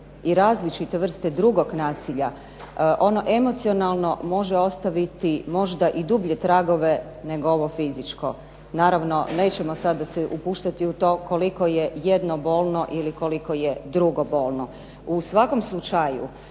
i različite vrste drugog nasilja. Ono emocionalno može ostaviti možda i dublje tragove nego fizičko. Naravno, nećemo se sada upuštati u to koliko je jedno bolno ili koliko je drugo bolno. U svakom slučaju,